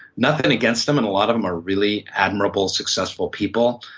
nothing against them, and a lot of them are really admirable successful people,